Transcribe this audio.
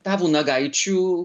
tavų nagaičių